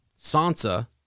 Sansa